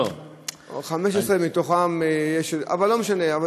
או 15, ויש מתוכם, לא, לא, לא, לא, 11. לא משנה.